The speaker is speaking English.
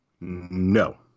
No